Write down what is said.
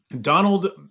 Donald